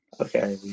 Okay